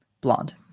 Blonde